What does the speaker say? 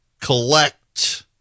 collect